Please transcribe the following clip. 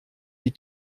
die